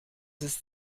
ist